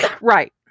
right